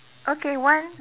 okay one